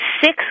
six